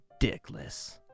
Dickless